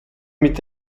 mit